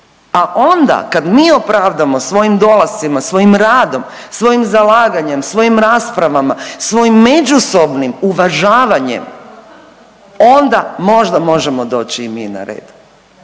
a onda kad mi opravdamo svojim dolascima, svojim radom, svojim zalaganjem, svojim raspravama, svojim međusobnim uvažavanjem onda možda možemo doći i mi na red.